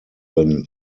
than